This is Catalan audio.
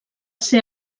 ser